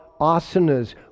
asanas